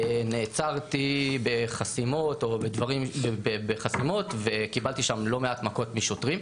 נעצרתי בחסימות וקיבלתי שם לא מעט מכות משוטרים.